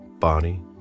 body